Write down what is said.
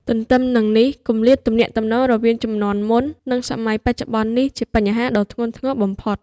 ទទ្ទឹមនឹងនេះ គម្លាតទំនាក់ទំនងរវាងជំនាន់មុន និងសម័យបច្ចុប្បន្ននេះជាបញ្ហាដ៏ធ្ងន់ធ្ងរបំផុត។